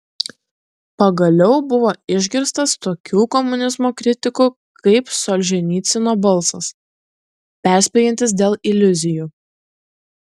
pagaliau buvo išgirstas tokių komunizmo kritikų kaip solženicyno balsas perspėjantis dėl iliuzijų